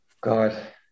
God